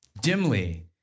dimly